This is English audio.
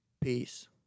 Peace